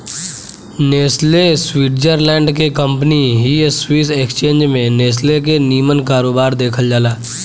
Nestle Switzerland के company हिय Swiss exchange में नेस्ले के निमन कारोबार देखल जाला